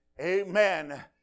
Amen